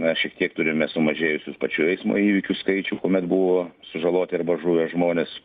na šiek tiek turime sumažėjusius pačių eismo įvykių skaičių kuomet buvo sužaloti arba žuvę žmonės